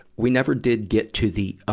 we never did get to the, ah,